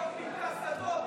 על הרבנות,